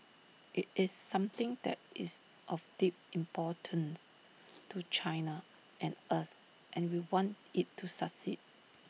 IT is something that is of deep importance to China and us and we want IT to succeed